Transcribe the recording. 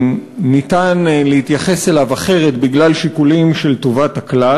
ניתן להתייחס אליו אחרת בגלל שיקולים של טובת הכלל",